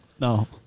No